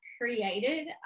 created